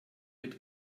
mit